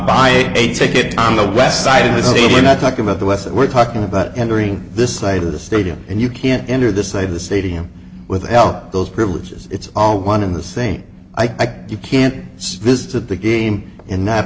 buying a ticket on the west side of the city we're not talking about the west we're talking about entering this side of the stadium and you can't enter this side of the stadium with al those privileges it's all one in the same i guess you can't visit the game and n